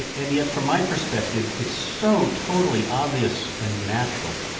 ah and yet, from my perspective, it's so totally obvious and natural.